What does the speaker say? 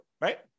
right